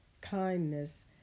kindness